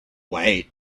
wait